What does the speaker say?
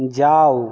যাও